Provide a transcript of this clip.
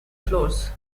floors